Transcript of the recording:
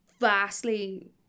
vastly